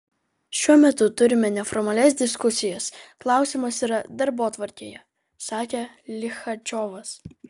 šiuo metu turime neformalias diskusijas klausimas yra darbotvarkėje sakė lichačiovas